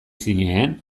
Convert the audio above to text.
zinen